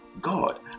God